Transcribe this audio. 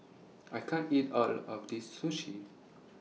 I can't eat All of This Sushi